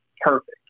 perfect